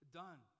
done